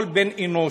כל בן-אנוש,